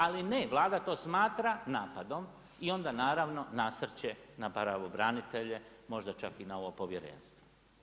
Ali ne Vlada to smatra napadom i onda naravno nasrće na pravobranitelje, možda čak i na ovo povjerenstvo.